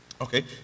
Okay